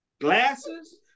glasses